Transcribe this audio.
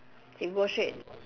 he go straight